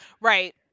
right